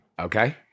Okay